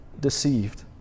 deceived